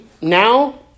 now